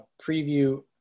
preview